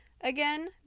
Again